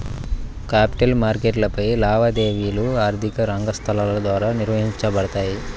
capital మార్కెట్లపై లావాదేవీలు ఆర్థిక రంగ సంస్థల ద్వారా నిర్వహించబడతాయి